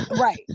Right